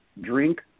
drink